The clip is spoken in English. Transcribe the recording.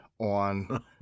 on